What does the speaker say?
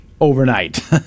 overnight